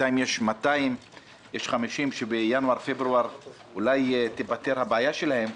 יש 50 שאולי בינואר-פברואר תיפתר הבעיה שלהם.